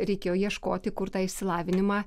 reikėjo ieškoti kur tą išsilavinimą